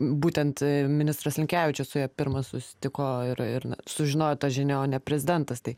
būtent ministras linkevičius su ja pirmas susitiko ir ir sužinojo tą žinią o ne prezidentas tai